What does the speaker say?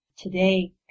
Today